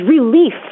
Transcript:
relief